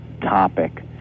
topic